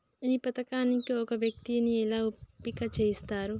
ఈ పథకానికి ఒక వ్యక్తిని ఎలా ఎంపిక చేస్తారు?